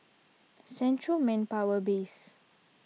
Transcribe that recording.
Central Manpower Base